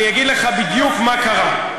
אני אגיד לך בדיוק מה קרה.